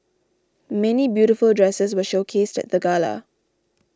many beautiful dresses were showcased at the gala